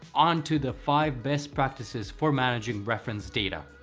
on to the five best practices for managing reference data.